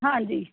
ਹਾਂਜੀ